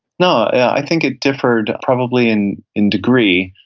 yeah, i think it differed probably in in degree,